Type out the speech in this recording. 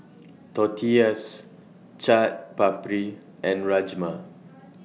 Tortillas Chaat Papri and Rajma